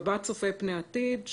בבקשה, היועצת המשפטית.